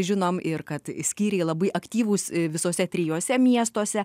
žinom ir kad skyriai labai aktyvūs visuose trijuose miestuose